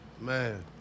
Man